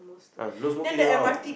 err no smoking in the house